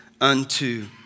unto